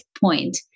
point